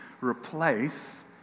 replace